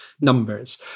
numbers